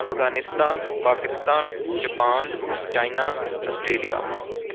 Afghanistan Pakistan Japan China Australia